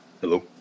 Hello